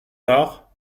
tard